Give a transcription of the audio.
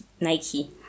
nike